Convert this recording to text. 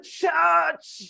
church